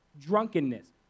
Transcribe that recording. drunkenness